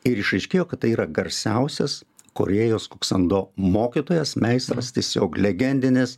ir išaiškėjo kad tai yra garsiausias korėjos kuksando mokytojas meistras tiesiog legendinis